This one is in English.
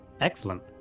Excellent